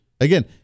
Again